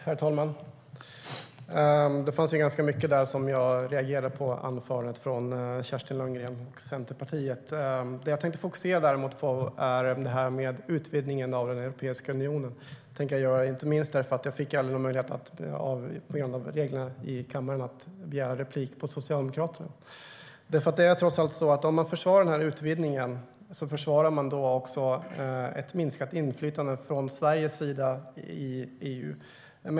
Herr talman! Det fanns ganska mycket som jag reagerade på i anförandet från Kerstin Lundgren och Centerpartiet. Jag tänkte fokusera på utvidgningen av Europeiska unionen, inte minst därför att jag på grund av reglerna i kammaren aldrig fick någon möjlighet att begära replik på Socialdemokraterna. Om man försvarar utvidgningen försvarar man trots allt också ett minskat inflytande från Sveriges sida i EU.